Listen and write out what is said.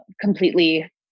completely